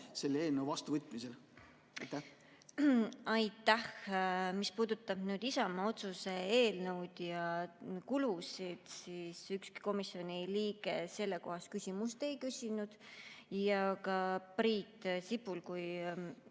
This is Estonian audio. selle eelnõu vastuvõtmisega? Aitäh! Mis puudutab Isamaa otsuse eelnõu ja kulusid, siis ükski komisjoni liige sellekohast küsimust ei küsinud. Ka Priit Sibul kui